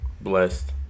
Blessed